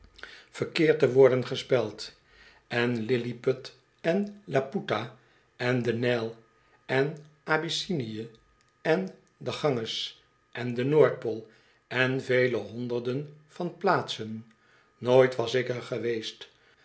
verkeerd te worden gespeld en lilliput en laputa en den nijl en abyssinie en den g anges en de noordpool en vele honderden van plaatsen nooit was ik er geweest